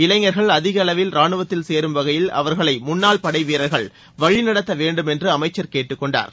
இளைஞர்கள் அதிக அளவில் ராணுவத்தில் சேரும் வகையில் அவர்களை முன்னாள் படைவீரர்கள் வழி நடத்த வேண்டும் என்று அமைச்சர் கேட்டுக்கொண்டார்